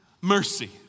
mercy